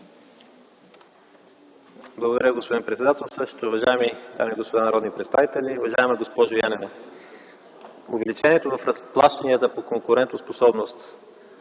Благодаря, господин председателстващ. Уважаеми дами и господа народни представители, уважаема госпожо Янева! Увеличението в разплащанията по „Конкурентоспособност”